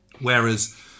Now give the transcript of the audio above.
Whereas